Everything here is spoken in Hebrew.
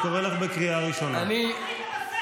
תאפשרו לי בוועדת הכספים בסיום ההצבעות להגיש רוויזיה,